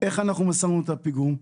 ואיך שמנו את הפיגום.